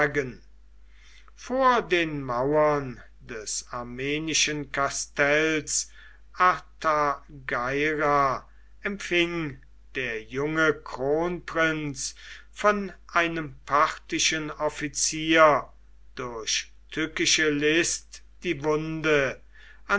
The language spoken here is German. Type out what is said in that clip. vor den mauern des armenischen kastells artageira empfing der junge kronprinz von einem parthischen offizier durch tückische list die wunde